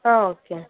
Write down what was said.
okay